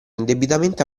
indebitamente